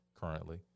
currently